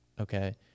okay